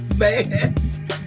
man